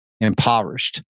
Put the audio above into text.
impoverished